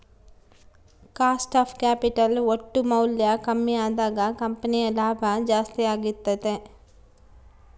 cost of capital ಒಟ್ಟು ಮೌಲ್ಯ ಕಮ್ಮಿ ಅದಾಗ ಕಂಪನಿಯ ಲಾಭ ಜಾಸ್ತಿ ಅಗತ್ಯೆತೆ